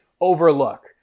overlook